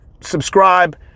subscribe